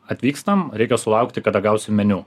atvykstam reikia sulaukti kada gausim meniu